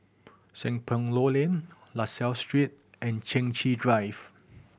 Seng Poh Low Lane La Salle Street and Chai Chee Drive